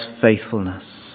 faithfulness